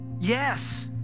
Yes